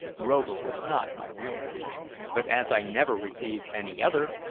rover was not my real name but as i never received any other,